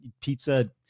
pizza